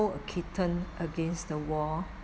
hold a kitten against the wall